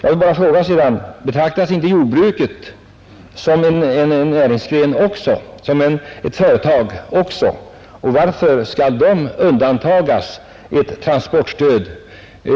Betraktas för övrigt inte jordbruket också som en näringsgren, en företagsamhet? Varför skall jordbruken undantas från transportstöd?